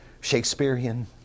Shakespearean